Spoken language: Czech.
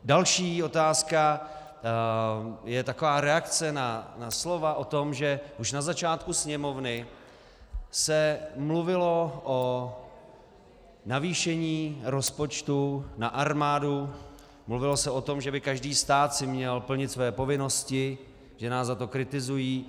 Další otázka je taková reakce na slova o tom, že už na začátku sněmovny se mluvilo o navýšení rozpočtu na armádu, mluvilo se o tom, že by si každý stát měl plnit své povinnosti, že nás za to kritizují.